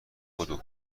بدو